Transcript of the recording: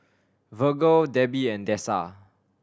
Virgle Debby and Dessa